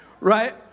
right